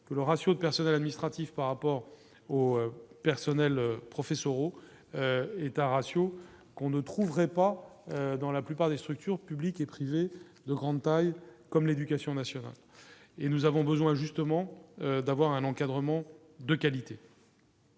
que le ratio de personnel administratif par rapport au personnel, professeur au est un ratio qu'on ne trouverait pas dans la plupart des structures publiques et privées de grande taille comme l'éducation nationale et nous avons besoin justement d'avoir un encadrement de qualité.